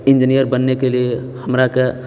engineer बननेके लिए हमराकेँ